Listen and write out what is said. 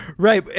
right,